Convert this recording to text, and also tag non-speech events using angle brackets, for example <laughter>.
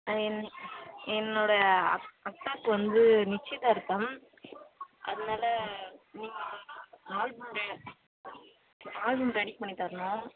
என் என்னோடய அக்காவுக்கு வந்து நிச்சயதார்த்தம் அதனால நீங்கள் <unintelligible> ஆல்பம் ரெடி ஒரு ஆல்பம் ரெடி பண்ணி தரணும்